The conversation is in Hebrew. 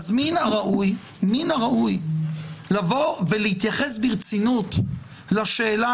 מן הראוי לבוא ולהתייחס ברצינות לשאלה